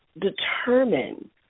determine